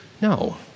No